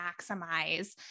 maximize